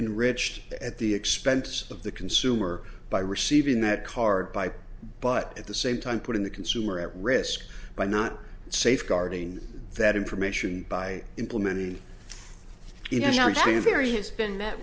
enrich at the expense of the consumer by receiving that card by but at the same time putting the consumer at risk by not safeguarding that information by implementing you know you being very has been met